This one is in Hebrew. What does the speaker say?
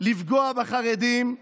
לפגוע בחרדים,